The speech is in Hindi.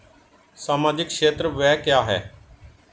सामाजिक क्षेत्र व्यय क्या है?